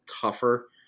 tougher